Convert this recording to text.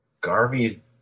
Garvey's